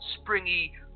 springy